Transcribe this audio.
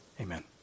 Amen